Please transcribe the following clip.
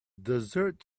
dessert